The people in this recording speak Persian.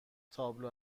تابلو